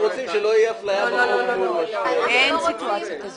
הם רוצים שלא תהיה אפליה בין משקיע מקומי למשקיע